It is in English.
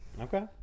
Okay